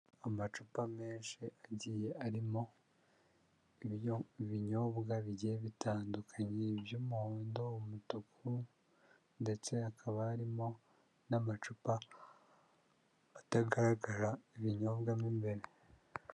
Amacupa menshi agiye arimo ibyo binyobwa bigiye bitandukanye by'umuhondo, umutuku ndetse hakaba harimo n'amacupa atagaragara ibinyobwa mo imbere.